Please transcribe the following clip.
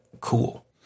Cool